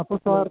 അപ്പോൾ സാർ